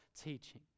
teaching